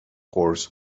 course